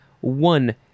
One